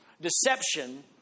Deception